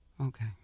Okay